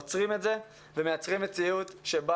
עוצרים את זה ומייצרים מציאות שבה